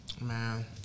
Man